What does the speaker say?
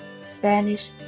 Spanish